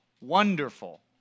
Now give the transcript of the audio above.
wonderful